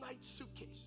suitcase